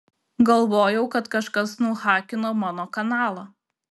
galvojau kad kažkas nuhakino mano kanalą